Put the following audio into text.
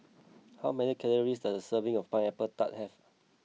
how many calories does a serving of Pineapple Tart have